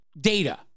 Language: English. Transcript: data